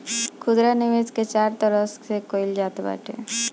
खुदरा निवेश के चार तरह से कईल जात बाटे